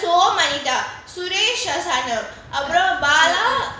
ya so suresh அப்புறம்:appuram bala